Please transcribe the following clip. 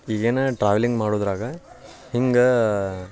ಹೀಗೇನ travelling ಮಾಡೋದರಾಗ ಹಿಂಗೆ